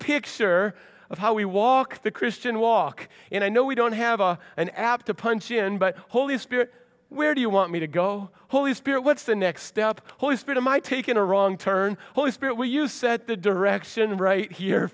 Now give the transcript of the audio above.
picture of how we walk the christian walk and i know we don't have a an app to punch in but holy spirit where do you want me to go holy spirit what's the next step holy spirit my taking a wrong turn holy spirit will you set the direction right here